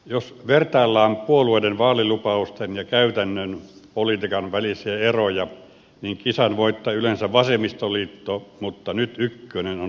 jos vertaillaan puolueiden vaalilupausten ja käytännön politiikan välisiä eroja niin kisan voittaa yleensä vasemmistoliitto mutta nyt ykkönen on demarit